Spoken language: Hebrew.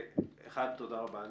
אחד, תודה רבה.